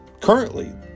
Currently